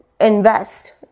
invest